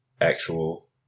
actual